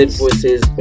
voices